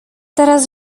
teraz